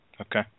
Okay